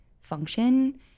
function